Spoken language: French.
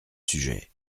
sujet